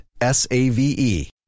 S-A-V-E